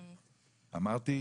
אמרתי?